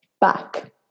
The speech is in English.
back